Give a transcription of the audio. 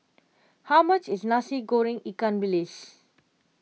how much is Nasi Goreng Ikan Bilis